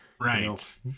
Right